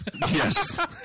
Yes